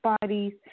bodies